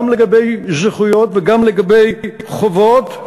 גם לגבי זכויות וגם לגבי חובות,